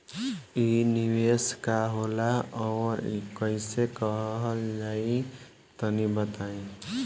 इ निवेस का होला अउर कइसे कइल जाई तनि बताईं?